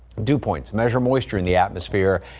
dew points measure moisture in the atmosphere.